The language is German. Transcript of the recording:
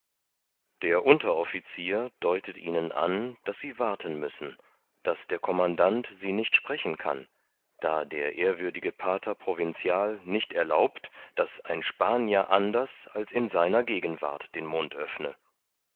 der unterofficier deutet ihnen an daß sie warten müssen daß der commandant sie nicht sprechen kann da der ehrwürdige pater provinzial nicht erlaubt daß ein spanier anders als in seiner gegenwart den mund öffne